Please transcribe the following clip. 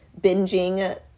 binging